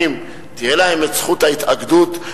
אם תהיה להם זכות ההתאגדות,